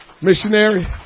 Missionary